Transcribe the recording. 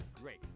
great